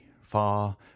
far